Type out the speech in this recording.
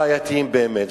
שהם בעייתייים באמת.